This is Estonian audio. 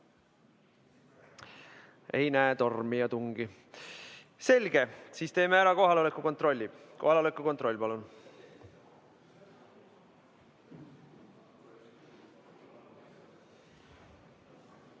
Ei näe tormi ja tungi. Selge, siis teeme kohaloleku kontrolli. Kohaloleku kontroll, palun!